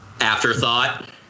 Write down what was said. Afterthought